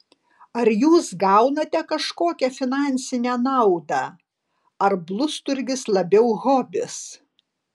ar jūs gaunate kažkokią finansinę naudą ar blusturgis labiau hobis